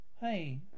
hey